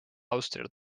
austria